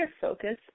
focus